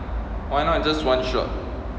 why not just one shot